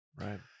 Right